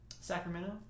Sacramento